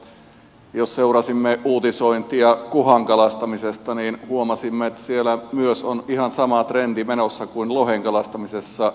me eilen illalla jos seurasimme uutisointia kuhan kalastamisesta huomasimme että myös siellä on ihan sama trendi menossa kuin lohen kalastamisessa